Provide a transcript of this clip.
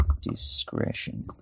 discretion